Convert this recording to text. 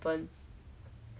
what's her name